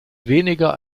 weniger